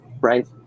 right